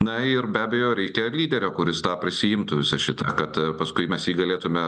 na ir be abejo reikia lyderio kuris prisiimtų visą šitą kad paskui mes jį galėtume